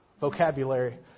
vocabulary